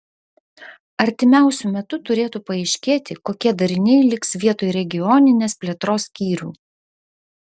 artimiausiu metu turėtų paaiškėti kokie dariniai liks vietoj regioninės plėtros skyrių